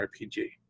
RPG